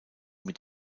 mit